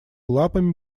лапами